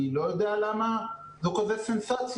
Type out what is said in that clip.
אני לא יודע למה זה כזה סנסציה.